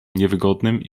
niewygodnym